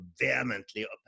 vehemently